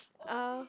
uh